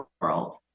world